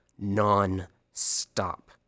non-stop